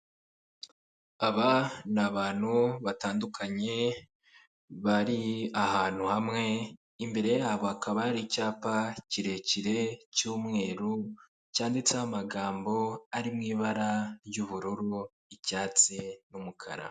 Aba ni abantu batandukanye bari ahantu hamwe, imbere yabo hakaba hari icyapa kirekire cy'umweru cyanditseho amagambo ari mu ibara ry'ubururu, icyatsi n'umukara.